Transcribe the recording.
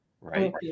right